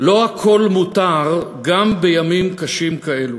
לא הכול מותר גם בימים קשים כאלו.